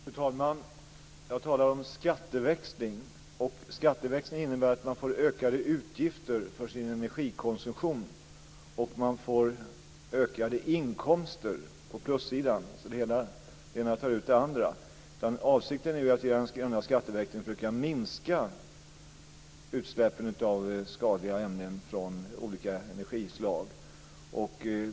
Fru talman! Jag talar om skatteväxling. Skatteväxling innebär att man får ökade utgifter för sin energikonsumtion och att man får ökade inkomster på plussidan. Det ena tar ut det andra. Avsikten är att vi genom grön skatteväxling ska försöka minska utsläppen av skadliga ämnen från olika energislag.